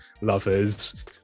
lovers